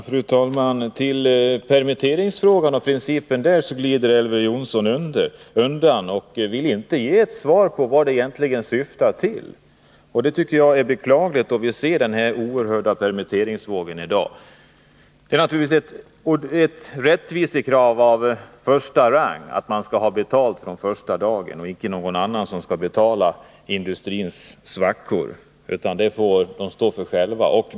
Fru talman! Beträffande principen i permitteringsfrågan glider Elver Jonsson undan och vill inte ge ett svar på vad syftet egentligen är. Det tycker jag är beklagligt, när vi ser den oerhörda permitteringsvågen i dag. Det är naturligtvis ett rättvisekrav av första rang att man skall ha betalt från första dagen och att inte någon annan skall betala industrins svackor — dem måste industrin stå för själv.